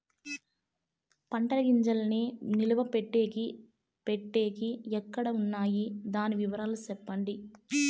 పంటల గింజల్ని నిలువ పెట్టేకి పెట్టేకి ఎక్కడ వున్నాయి? దాని వివరాలు సెప్పండి?